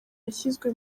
yashyizwe